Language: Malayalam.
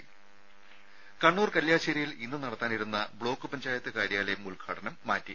ദേദ കണ്ണൂർ കല്യാശ്ശേരിയിൽ ഇന്ന് നടത്താനിരുന്ന ബ്ലോക്ക് പഞ്ചായത്ത് കാര്യാലയം ഉദ്ഘാടനം മാറ്റി